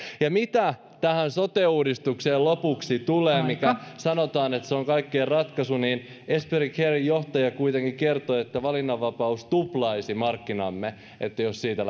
ja mitä tähän sote uudistukseen lopuksi tulee mistä sanotaan että se on kaikkeen ratkaisu niin esperi caren johtaja kuitenkin kertoi että valinnanvapaus tuplaisi markkinamme eli jos siitä